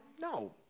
No